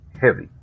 heavy